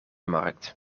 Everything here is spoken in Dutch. markt